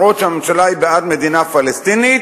אף-על-פי שהממשלה היא בעד מדינה פלסטינית,